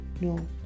no